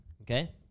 Okay